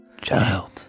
Child